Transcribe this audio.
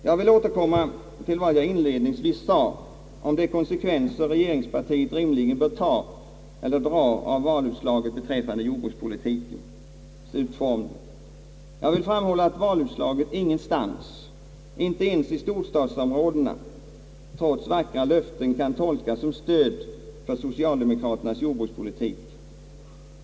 Jag vill återkomma till vad jag inledningsvis sade om de konsekvenser som regeringspartiet rimligen bör dra av valutslaget beträffande jordbrukspolitikens utformning. Jag vill framhålla att valutslaget ingenstans, inte ens i storstadsområdena, trots vackra löften kan tolkas såsom ett stöd för socialdemokraternas jordbrukspolitik.